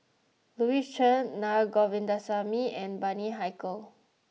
Louis Chen Na Govindasamy and Bani Haykal